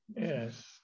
Yes